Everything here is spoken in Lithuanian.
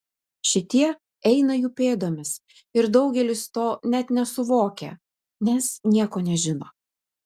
šitie eina jų pėdomis ir daugelis to net nesuvokia nes nieko nežino